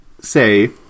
say